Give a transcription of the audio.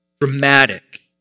Dramatic